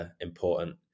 important